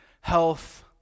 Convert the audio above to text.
health